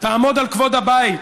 תעמוד על כבוד הבית.